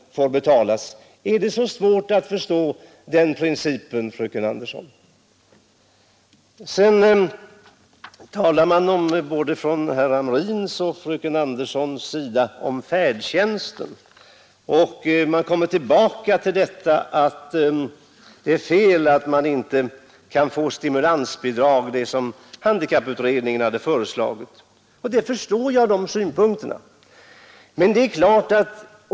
Är det så svårt att förstå den principen, fröken Andersson. Både herr Hamrin och fröken Andersson talar om färdtjänsten. Ni kommer tillbaka till att det är fel att man inte kan få det stimulansbidrag som handikapputredningen föreslagit. Jag förstår dessa synpunkter.